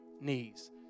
knees